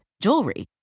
jewelry